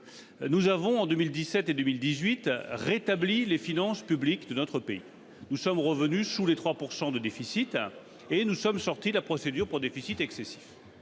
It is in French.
Nous avons en 2017 et 2018 rétabli les finances publiques de notre pays, nous sommes revenus sous les 3% de déficit et nous sommes sortis de la procédure pour déficit excessif.